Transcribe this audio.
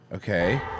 Okay